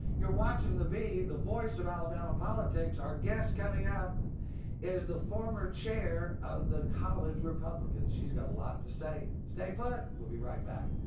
you're watching the v, the voice of alabama politics. our guest coming up is the former chair of the college republicans, she's got a lot to say. stay put. we'll be right back.